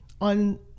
on